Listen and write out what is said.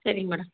சரிங்க மேடம்